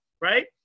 right